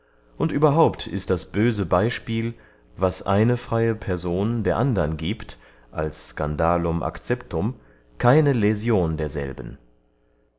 und überhaupt ist das böse beyspiel was eine freye person der andern giebt als scandalum acceptum keine läsion derselben